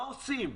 מה עושים?